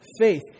faith